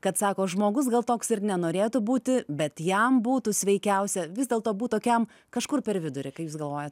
kad sako žmogus gal toks ir nenorėtų būti bet jam būtų sveikiausia vis dėlto būti tokiam kažkur per vidurį ką jūs galvojat